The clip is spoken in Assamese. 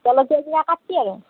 জলকীয়াবিলাক কাটবি আৰু